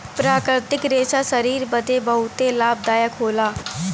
प्राकृतिक रेशा शरीर बदे बहुते लाभदायक होला